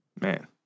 man